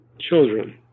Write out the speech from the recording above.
children